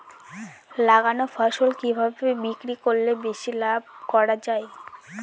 লাগানো ফসল কিভাবে বিক্রি করলে বেশি লাভ করা যায়?